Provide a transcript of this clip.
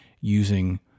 using